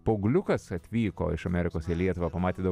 paaugliukas atvyko iš amerikos į lietuvą pamatė daug